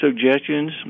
suggestions